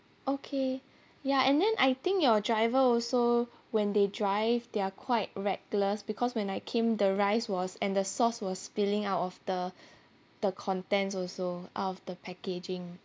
okay ya and then I think your driver also when they drive they're quite reckless because when I came the rice was and the sauce was spilling out of the the contents also out of the packaging